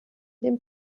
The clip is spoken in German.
dem